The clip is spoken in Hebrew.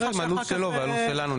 נראה מה הלו"ז שלו והלו"ז שלנו,